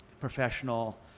professional